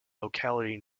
locality